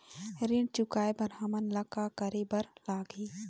ऋण चुकाए बर हमन ला का करे बर लगही?